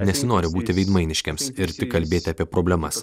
nesinori būti veidmainiškiems ir tik kalbėti apie problemas